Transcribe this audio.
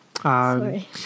Sorry